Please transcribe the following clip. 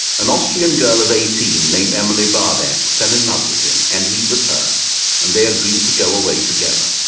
an austrian girl of eighteen, named emilie bardach fell in love with him and he with her and they agreed to go away together.